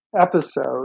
episode